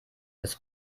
des